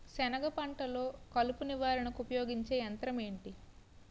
సెనగ పంటలో కలుపు నివారణకు ఉపయోగించే యంత్రం ఏంటి?